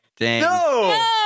No